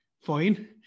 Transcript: fine